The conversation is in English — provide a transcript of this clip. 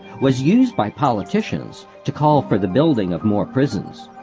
was used by politicians to call for the building of more prisons.